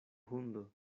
hundo